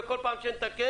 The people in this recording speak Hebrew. וכל פעם שנתקן,